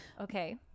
okay